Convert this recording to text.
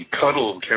cuddle